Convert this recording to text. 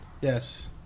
Yes